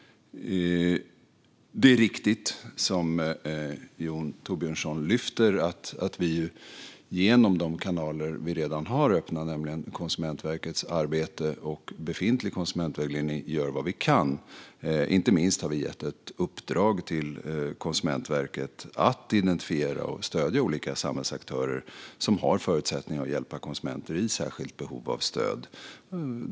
Det är riktigt, som Jon Thorbjörnson lyfter fram, att vi gör vad vi kan genom de kanaler vi redan har öppna, nämligen Konsumentverkets arbete och befintlig konsumentvägledning. Inte minst har vi gett ett uppdrag till Konsumentverket att identifiera och stödja olika samhällsaktörer som har förutsättningar att hjälpa konsumenter i särskilt behov av stöd.